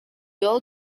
all